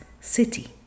city